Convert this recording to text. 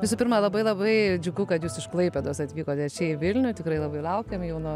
visų pirma labai labai džiugu kad jūs iš klaipėdos atvykote čia į vilnių tikrai labai laukėm jau nuo